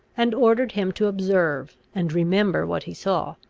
and ordered him to observe and remember what he saw,